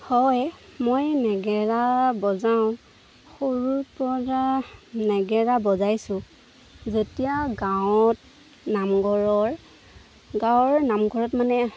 হয় মই নাগাৰা বজাওঁ সৰুৰ পৰা নাগাৰা বজাইছোঁ যেতিয়া গাঁৱত নামঘৰৰ গাঁৱৰ নামঘৰত মানে